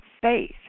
faith